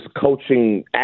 coaching